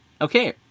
Okay